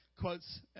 quotes